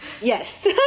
Yes